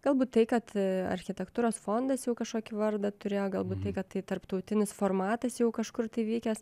galbūt tai kad architektūros fondas jau kažkokį vardą turėjo galbūt tai kad tai tarptautinis formatas jau kažkur tai vykęs